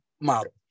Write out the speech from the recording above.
model